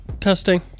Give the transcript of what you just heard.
testing